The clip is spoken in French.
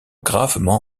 gravement